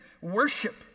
worship